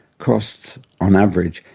costs, on average,